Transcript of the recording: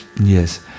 yes